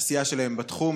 העשייה שלהם בתחום.